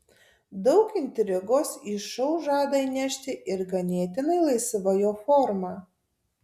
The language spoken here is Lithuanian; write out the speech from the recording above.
daug intrigos į šou žada įnešti ir ganėtinai laisva jo forma